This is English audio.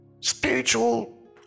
spiritual